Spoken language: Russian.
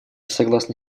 согласны